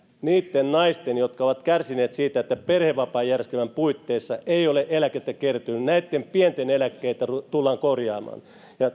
niitten naisten jotka ovat kärsineet siitä että perhevapaajärjestelmän puitteissa ei ole eläkettä kertynyt pieniä eläkkeitä tullaan korjaamaan